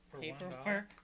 paperwork